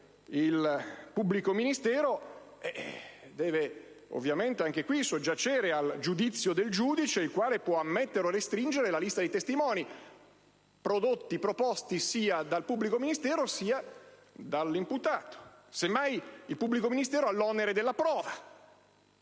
il pubblico ministero deve ovviamente soggiacere al giudizio del giudice, il quale può ammettere o restringere la lista dei testimoni proposti sia dal pubblico ministero, che dall'imputato. Semmai il pubblico ministero ha l'onere della prova